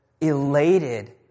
elated